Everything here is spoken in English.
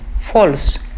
false